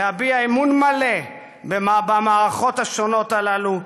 להביע אמון מלא במערכות האלה,